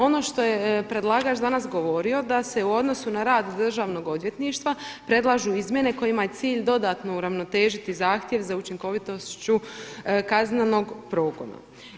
Ono što je predlagač danas govorio da se u odnosu na rad Državnog odvjetništva predlažu izmjene kojima je cilj dodatno uravnotežiti zahtjev za učinkovitošću kaznenog progona.